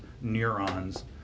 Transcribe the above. neurons